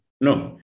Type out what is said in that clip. No